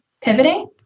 pivoting